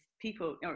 people